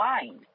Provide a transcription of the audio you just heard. mind